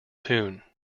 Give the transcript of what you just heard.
tune